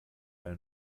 eine